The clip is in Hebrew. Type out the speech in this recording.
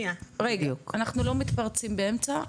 רגע, אנחנו לא מתפרצים באמצע,